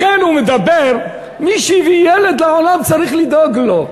לכן הוא אומר: מי שהביא ילד לעולם צריך לדאוג לו.